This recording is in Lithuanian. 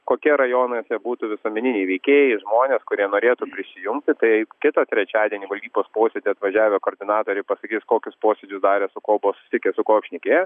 kokia rajonuose būtų visuomeniniai veikėjai žmonės kurie norėtų prisijungti tai kitą trečiadienį valdybos posėdį atvažiavę koordinatoriai pasakys kokius posėdžius darė su kuo buvo susitikę su kuo šnekėjo